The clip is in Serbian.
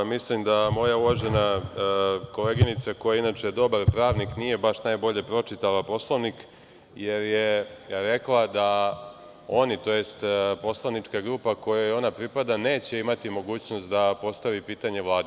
Mislim da moja uvažena koleginica, koja je inače dobar pravnik, nije baš najbolje pročitala Poslovnik, jer je rekla da oni, tj. poslanička grupa kojoj ona pripada neće imati mogućnost da postavi pitanje Vladi.